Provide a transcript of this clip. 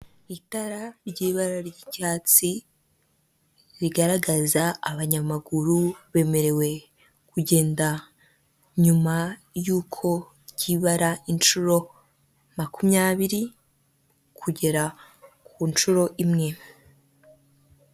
Abantu b'ingeri zitandukanye barahagaze bari kwifotoza harimo; umugore, harimo umukobwa, ndetse abasigaye n'abagabo bambaye amakositimu. Inyuma yabo hari icyapa cy'ikigo cy'igihugu cy'ubwisungane mu kwivuza.